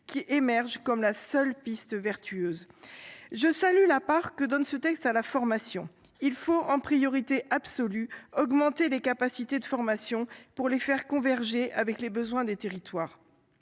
qui émerge comme la seule piste vertueuse. Je salue la part que donne ce texte à la formation. Il faut, de façon absolument prioritaire, augmenter les capacités de formation pour les faire converger avec les besoins des territoires.